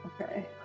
Okay